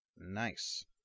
Nice